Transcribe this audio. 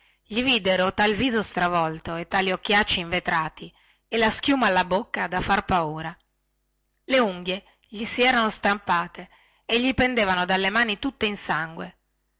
lume gli videro tal viso stravolto e tali occhiacci invetrati e tale schiuma alla bocca da far paura le unghie gli si erano strappate e gli pendevano dalle mani tutte in sangue